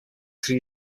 three